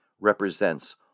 represents